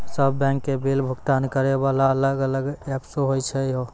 सब बैंक के बिल भुगतान करे वाला अलग अलग ऐप्स होय छै यो?